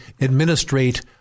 administrate